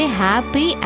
happy